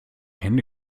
hände